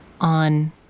on